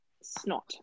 snot